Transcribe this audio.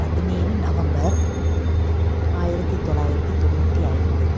பதினேழு நவம்பர் ஆயிரத்தி தொள்ளாயிரத்தி தொண்ணூற்றி ஐந்து